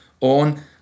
on